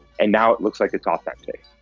and now it looks like it's authentic.